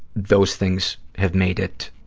those things have made it